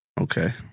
Okay